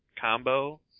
combo